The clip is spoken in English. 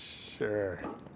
Sure